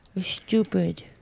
Stupid